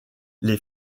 les